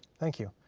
thank you.